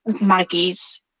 Maggie's